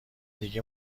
دیگه